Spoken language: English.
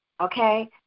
okay